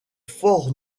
fort